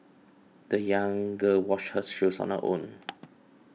the young girl washed her shoes on her own